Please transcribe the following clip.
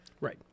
right